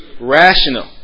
rational